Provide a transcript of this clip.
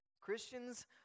Christians